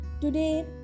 today